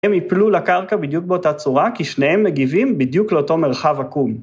הם יפלו לקרקע בדיוק באותה צורה, כי שניהם מגיבים בדיוק לאותו מרחב עקום.